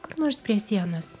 kur nors prie sienos